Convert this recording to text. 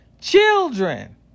children